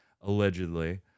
allegedly